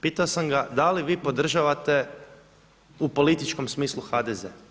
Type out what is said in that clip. Pitao sam ga da li vi podržavate u političkom smislu HDZ?